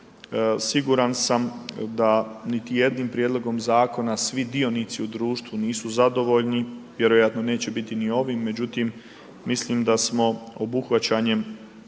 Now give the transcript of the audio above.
Siguran sam da niti jednim prijedlogom zakona svi dionici u društvu nisu zadovoljni, vjerojatno neće biti ni ovim, međutim mislim da smo obuhvaćanjem